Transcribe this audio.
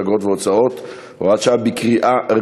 אגרות והוצאות (הוראת שעה),